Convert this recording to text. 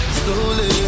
slowly